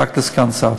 רק לסגן שר.